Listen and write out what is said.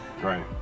right